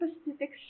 specific